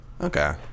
Okay